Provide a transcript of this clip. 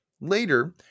Later